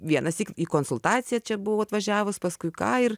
vienąsyk į konsultaciją čia buvau atvažiavus paskui ką ir